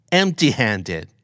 empty-handed